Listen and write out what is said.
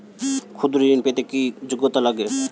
ক্ষুদ্র ঋণ পেতে কি যোগ্যতা লাগে?